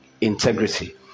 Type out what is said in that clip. integrity